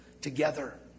together